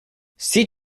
sea